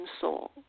soul